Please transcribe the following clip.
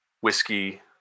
whiskey